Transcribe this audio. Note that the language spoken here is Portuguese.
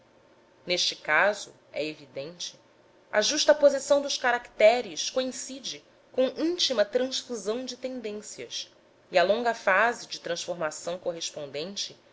neste caso é evidente a justaposição dos caracteres coincide com íntima transfusão de tendências e a longa fase de transformação correspondente